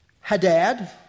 Hadad